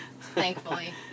thankfully